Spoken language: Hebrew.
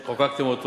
שחוקקתם,